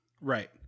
Right